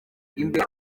imbere